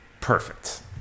perfect